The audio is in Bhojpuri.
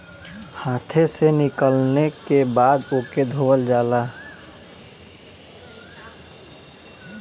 हाथे से निकलले के बाद ओके धोवल जाला